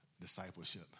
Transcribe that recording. discipleship